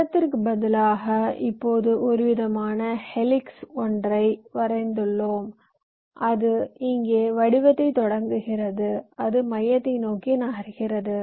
வட்டத்திற்கு பதிலாக இப்போது ஒருவிதமான ஹெலிக்ஸ் ஒன்றை வரைந்துள்ளோம் அது இங்கே வடிவத்தைத் தொடங்குகிறது அது மையத்தை நோக்கி நகர்கிறது